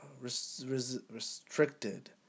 restricted